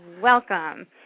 Welcome